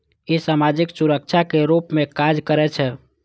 ई सामाजिक सुरक्षाक रूप मे काज करै छै